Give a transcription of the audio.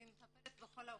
אני מטפלת בכל האוכלוסייה,